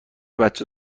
بچه